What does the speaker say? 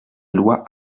loi